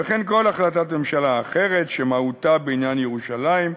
וכן כל החלטת ממשלה אחרת שמהותה בעניין ירושלים,